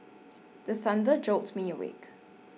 the thunder jolt me awake